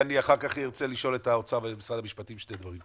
ואני אחר כך ארצה לשאול את האוצר ואת משרד המשפטים שני דברים.